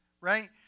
right